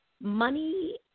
money